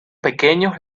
pequeños